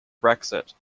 brexit